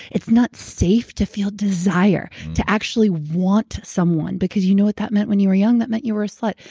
it's not safe to feel desire to actually want someone. because you know what that meant when you were young? that meant you were a slut.